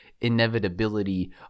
inevitability